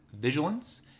vigilance